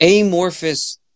amorphous